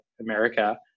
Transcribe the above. America